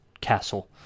Castle